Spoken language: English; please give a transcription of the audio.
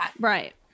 Right